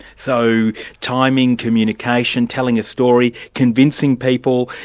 so timing, communication, telling a story, convincing people,